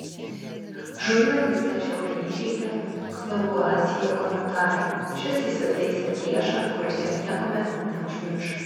žurnalistą žiauriai įžeidė lavuazjė komentarai šis įsitaisė priešą kuris jo niekuomet neužmirš